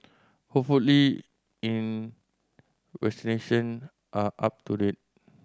hopefully in vaccination are up to date